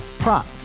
Prop